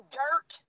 dirt